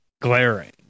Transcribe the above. glaring